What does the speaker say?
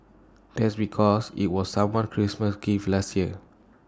that's because IT was someone Christmas gift last year